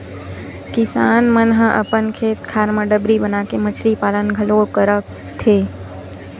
किसान मन ह अपन खेत खार म डबरी बनाके मछरी पालन घलोक करत हे